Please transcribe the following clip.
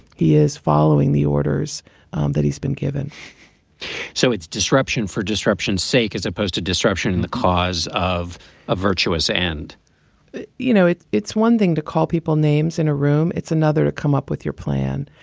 he is following the orders that he's been given so it's disruption for disruption sake as opposed to disruption in the cause of a virtuous end you know, it's it's one thing to call people names in a room. it's another to come up with your plan.